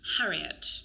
Harriet